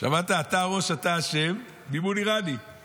שמעת, "אתה הראש, אתה אשם" מימון איראני.